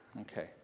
Okay